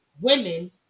women